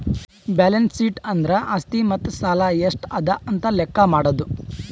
balance sheet ಅಂದುರ್ ಆಸ್ತಿ ಮತ್ತ ಸಾಲ ಎಷ್ಟ ಅದಾ ಅಂತ್ ಲೆಕ್ಕಾ ಮಾಡದು